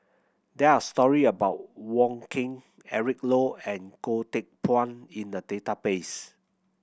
there are story about Wong Keen Eric Low and Goh Teck Phuan in the database